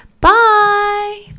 Bye